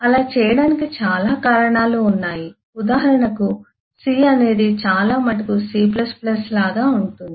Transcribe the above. అలా చేయడానికి చాలా కారణాలు ఉన్నాయి ఉదాహరణకు C అనేది చాలా మటుకు C లాగా ఉంటుంది